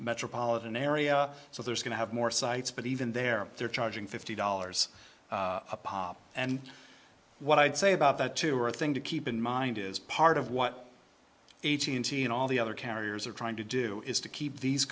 metropolitan area so there's going to have more sites but even there they're charging fifty dollars a pop and what i'd say about that too or thing to keep in mind is part of what eighteen nineteen all the other carriers are trying to do is to keep these